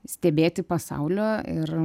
stebėti pasaulio ir